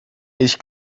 ich